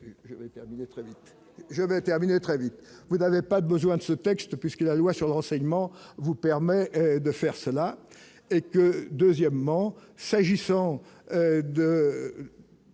je vais terminer très vite vous n'avait pas besoin de ce texte, puisque la loi sur le renseignement vous permet de faire cela et que, deuxièmement s'agissant de.